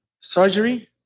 surgery